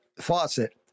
faucet